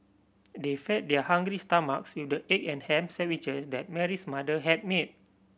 they fed their hungry stomachs with the egg and ham sandwiches that Mary's mother had made